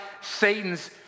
Satan's